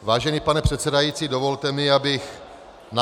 Vážený pane předsedající, dovolte mi, abych navrhl